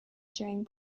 during